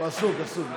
הוא עסוק, עסוק.